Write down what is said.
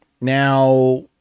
Now